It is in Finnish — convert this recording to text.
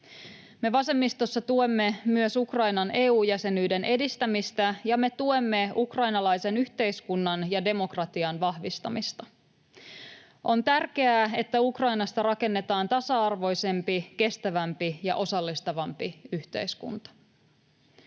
Me vasemmistossa tuemme myös Ukrainan EU-jäsenyyden edistämistä, ja me tuemme ukrainalaisen yhteiskunnan ja demokratian vahvistamista. On tärkeää, että Ukrainasta rakennetaan tasa-arvoisempi, kestävämpi ja osallistavampi yhteiskunta.